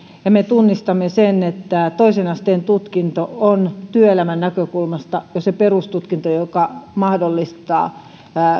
ja me tunnistamme sen että toisen asteen tutkinto on työelämänäkökulmasta jo se perustutkinto joka mahdollistaa